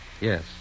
Yes